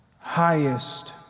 highest